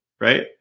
right